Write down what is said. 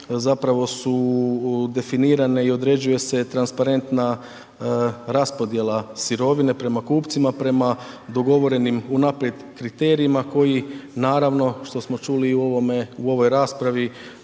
zapravo su definirane i određuje se transparentna raspodjela sirovine prema kupcima, prema dogovorenim unaprijed kriterijima koji naravno što smo čuli i u ovome,